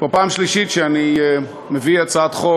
כבר פעם שלישית אני מביא הצעת חוק